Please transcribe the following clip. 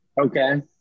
Okay